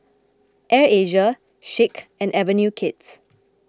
Air Asia Schick and Avenue Kids